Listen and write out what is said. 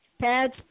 pads